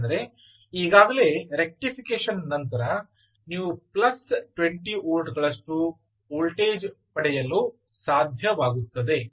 ಏಕೆಂದರೆ ಈಗಾಗಲೇ ರೆಕ್ಟ್ರಿಫಿಕೇಷನ್ ನಂತರ ನೀವು ಪ್ಲಸ್ 20 ವೋಲ್ಟ್ಗಳಷ್ಟು ವೋಲ್ಟೇಜ್ ಪಡೆಯಲು ಸಾಧ್ಯವಾಗುತ್ತದೆ